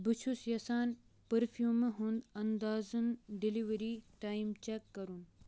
بہٕ چھُس یژھان پٔرفیٛوٗمہٕ ہُنٛد انٛدازَن ڈیلیوری ٹایم چیک کرُن